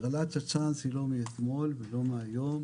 הגרלת הצ'אנס היא לא מאתמול ולא מהיום,